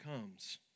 comes